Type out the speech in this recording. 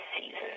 season